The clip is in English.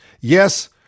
Yes